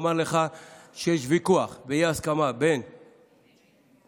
אני אומר לך שיש ויכוח ואי-הסכמה בין התקציבאים